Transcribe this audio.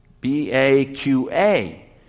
B-A-Q-A